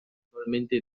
actualmente